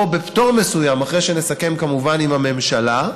או בפטור מסוים, אחרי שנסכם כמובן עם הממשלה,